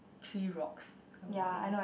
three rocks I would say